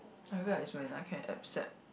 I feel like it's when I can accept